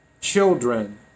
children